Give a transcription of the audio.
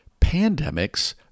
pandemics